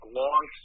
long